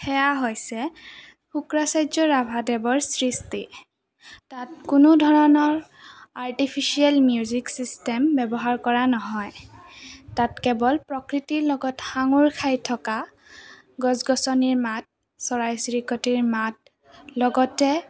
সেয়া হৈছে শুক্ৰচাৰ্য ৰাভাদেৱৰ সৃষ্টি তাত কোনো ধৰণৰ আৰ্টিফিচিয়েল মিউজিক ছিষ্টেম ব্যৱহাৰ কৰা নহয় তাত কেৱল প্ৰকৃতিৰ লগত সাঙুৰ খাই থকা গছ গছনিৰ মাত চৰাই চিৰিকতিৰ মাত লগতে